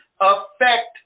affect